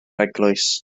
eglwys